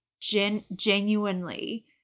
genuinely-